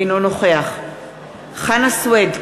אינו נוכח חנא סוייד,